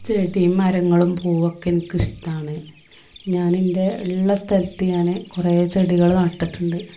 ചെടിയും മരങ്ങളും പുവൊക്കെ എനിക്ക് ഇഷ്ടമാണ് ഞാന് എൻ്റെ ഉള്ള സ്ഥലത്ത് ഞാന് കുറെ ചെടികള് നട്ടിട്ടുണ്ട്